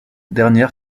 dernière